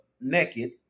naked